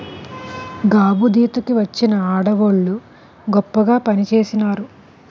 గాబుదీత కి వచ్చిన ఆడవోళ్ళు గొప్పగా పనిచేసినారు